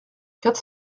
quatre